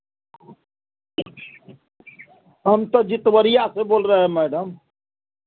हम तो जित्वरिया से बोल रहें मैडम